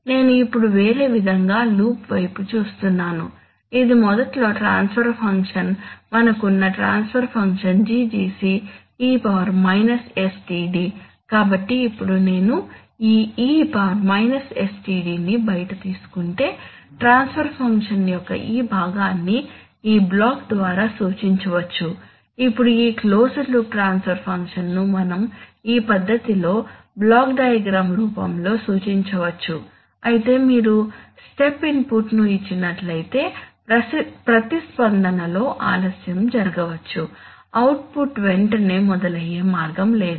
నేను ఇప్పుడు వేరే విధంగా లూప్ వైపు చూస్తున్నాను ఇది మొదట్లో ట్రాన్స్ఫర్ ఫంక్షన్ మన కున్న transfer function GGc e sTd కాబట్టి ఇప్పుడు నేను ఈ e sTd ని బయట తీసుకుంటే ట్రాన్స్ఫర్ ఫంక్షన్ యొక్క ఈ భాగాన్ని ఈ బ్లాక్ ద్వారా సూచించవచ్చు ఇప్పుడు ఈ క్లోజ్డ్ లూప్ ట్రాన్స్ఫర్ ఫంక్షన్ ను మనం ఈ పద్ధతిలో బ్లాక్ డైయగ్రామ్ రూపంలో సూచించవచ్చు అయితే మీరు స్టెప్ ఇన్పుట్ ను ఇచ్చినట్లయితే ప్రతిస్పందనలో ఆలస్యం జరగవచ్చు అవుట్పుట్ వెంటనే మొదలయ్యే మార్గం లేదు